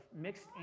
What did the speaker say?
mixed